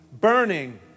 burning